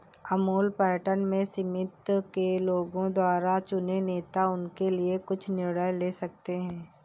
Amul pattern में समिति के लोगों द्वारा चुने नेता उनके लिए कुछ निर्णय ले सकते हैं